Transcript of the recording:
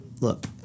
look